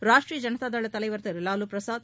ராஷ்ட்டிரிய ஜனதா தள தலைவர் திரு லாலுபிரசாத்